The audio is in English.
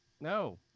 No